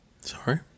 Sorry